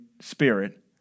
spirit